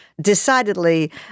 decidedly